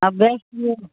अभ्यास दिलो